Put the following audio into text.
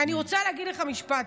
אני רוצה להגיד לך משפט,